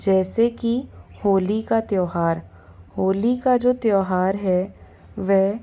जैसे कि होली का त्योहार होली का जो त्योहार है वह